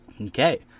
Okay